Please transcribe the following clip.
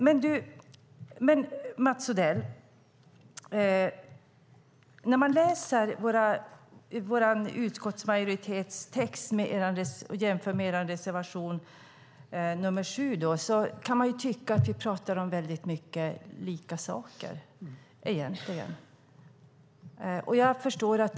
Men, Mats Odell, när man läser vår utskottsmajoritetstext och jämför den med er reservation 7 kan man tycka att vi pratar väldigt mycket om samma saker.